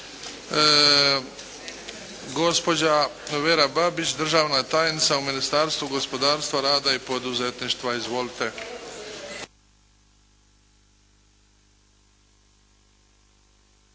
Gospođa Vera Babić, državna tajnica u Ministarstvu gospodarstva, rada i poduzetništva. Izvolite.